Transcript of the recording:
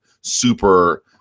super